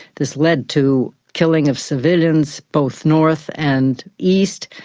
this led to killing of civilians, both north and east,